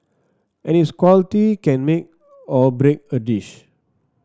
and its quality can make or break a dish